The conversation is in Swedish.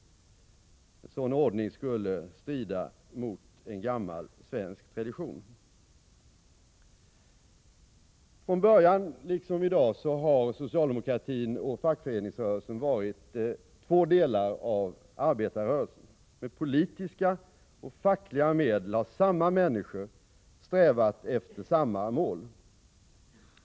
En sådan ordning skulle strida mot en gammal svensk tradition. Från början, liksom i dag, har socialdemokratin och fackföreningsrörelsen varit två delar av arbetarrörelsen. Med politiska och fackliga medel har samma människor strävat efter samma mål.